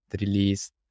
released